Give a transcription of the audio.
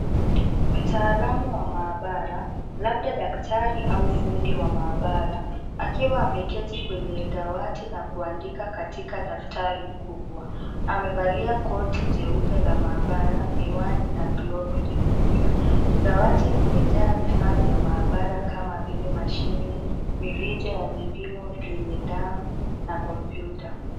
Mtaalamu wa maabara, labda daktari au fundi wa maabara, akiwa ameketi kwenye dawati na kuandika katika daftari kubwa, amevalia koti nyeupe la maabara miwani na glovu nyeupe, dawati limejaa vifaa vya maabara kama vile mashine, mirija ya vipimo yenye damu, na kompyuta.